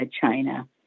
China